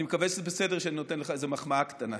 אני מקווה שזה בסדר שאני נותן לך איזו מחמאה קטנה.